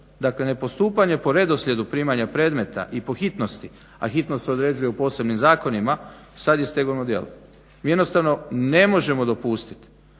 Dakle, nepostupanje po redoslijedu primanja predmeta i po hitnosti, a hitnost se određuje u posebnim zakonima sad je stegovno djelo. Mi jednostavno ne možemo dopustiti